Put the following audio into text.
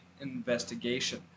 investigation